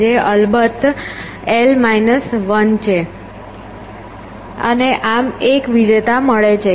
જે અલબત્ત l 1 છે અને આમ એક વિજેતા મળે છે